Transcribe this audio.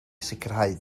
sicrhau